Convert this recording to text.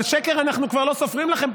אבל על שקר אנחנו כבר לא סופרים לכם.